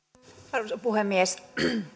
arvoisa puhemies